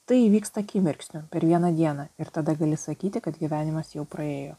tai įvyksta akimirksniu per vieną dieną ir tada gali sakyti kad gyvenimas jau praėjo